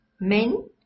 Men